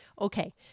Okay